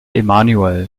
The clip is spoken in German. emanuel